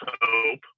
hope